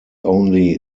only